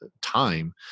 time